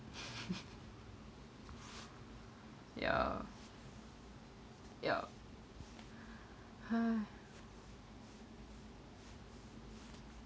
ya ya